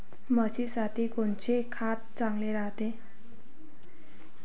म्हशीसाठी कोनचे खाद्य चांगलं रायते?